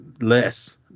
less